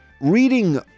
reading